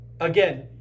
Again